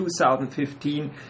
2015